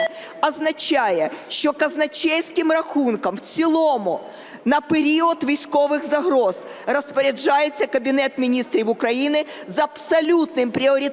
означає, що казначейським рахунком в цілому на період військових загроз розпоряджається Кабінет Міністрів України з абсолютним пріоритетом